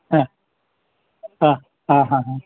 હા હા હા હા હા